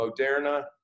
Moderna